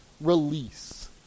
release